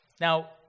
Now